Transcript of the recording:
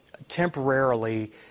Temporarily